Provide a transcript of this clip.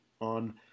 on